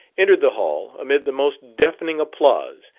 entered the hall, amid the most deafening applause,